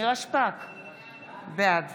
בעד